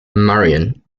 marion